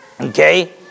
Okay